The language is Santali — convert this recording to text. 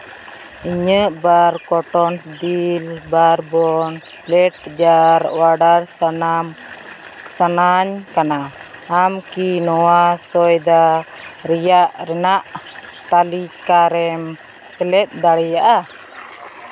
ᱤᱧᱟᱹᱜ ᱵᱟᱨ ᱠᱚᱴᱚᱱ ᱫᱤᱞ ᱵᱟᱨᱵᱚᱱ ᱯᱞᱮᱴ ᱡᱟᱨ ᱚᱰᱟᱨ ᱥᱟᱱᱟᱢ ᱥᱟᱱᱟᱧ ᱠᱟᱱᱟ ᱟᱢ ᱠᱤ ᱱᱚᱣᱟ ᱥᱚᱭᱫᱟ ᱨᱮᱭᱟᱜ ᱨᱮᱱᱟᱜ ᱛᱟᱹᱞᱤᱠᱟ ᱨᱮᱢ ᱥᱮᱞᱮᱫ ᱫᱟᱲᱮᱭᱟᱜᱼᱟ